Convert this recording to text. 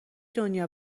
دنیا